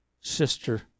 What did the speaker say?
sister